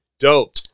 Dope